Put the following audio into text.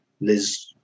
Liz